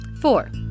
Four